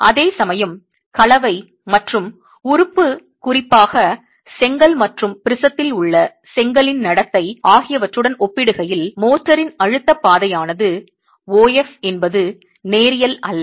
அதேசமயம் கலவை மற்றும் உறுப்பு குறிப்பாக செங்கல் மற்றும் ப்ரிஸத்தில் உள்ள செங்கலின் நடத்தை ஆகியவற்றுடன் ஒப்பிடுகையில் மோர்டாரின் அழுத்தப் பாதையானது O F என்பது நேரியல் அல்ல